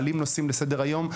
מעלים נושאים לסדר היום.